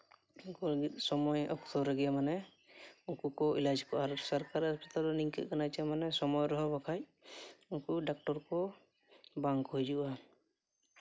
ᱩᱱᱠᱩ ᱞᱟᱹᱜᱤᱫ ᱥᱚᱢᱚᱭ ᱚᱠᱛᱚ ᱨᱮᱜᱮ ᱢᱟᱱᱮ ᱩᱱᱠᱩ ᱠᱚ ᱮᱞᱟᱡᱽ ᱠᱚᱣᱟ ᱟᱨ ᱥᱚᱨᱠᱟᱨᱤ ᱦᱟᱥᱯᱟᱛᱟᱞ ᱨᱮ ᱱᱤᱝᱠᱟᱹ ᱠᱟᱱᱟ ᱡᱮ ᱥᱚᱢᱚᱭ ᱨᱮᱦᱚᱸ ᱵᱟᱠᱷᱟᱡ ᱩᱱᱠᱩ ᱰᱟᱠᱴᱚᱨ ᱠᱚ ᱵᱟᱝ ᱠᱚ ᱦᱤᱡᱩᱜᱼᱟ